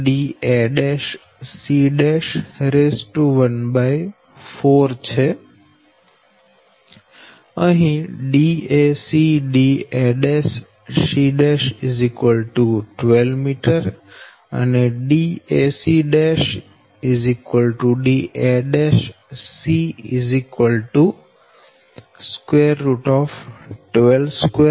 da'c'14 અહી dac da'c' 12 m dac' da'c 122 0